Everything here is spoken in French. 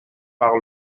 par